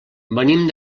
venim